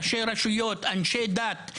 ראשי רשויות ואנשי דת.